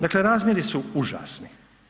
Dakle, razmjeri su užasni.